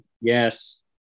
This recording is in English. yes